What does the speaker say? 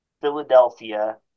Philadelphia